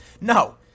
No